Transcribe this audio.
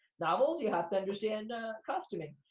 novels, you have to understand costuming.